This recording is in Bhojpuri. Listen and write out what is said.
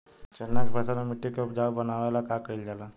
चन्ना के फसल में मिट्टी के उपजाऊ बनावे ला का कइल जाला?